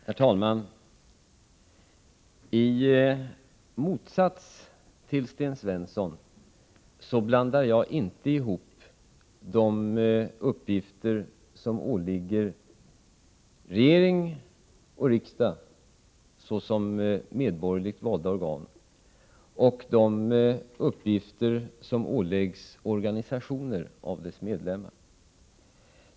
Herr talman! I motsats till Sten Svensson blandar jag inte ihop de uppgifter som åligger regering och riksdag såsom medborgerligt valda organ och de uppgifter som åläggs organisationer av deras medlemmar.